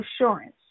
assurance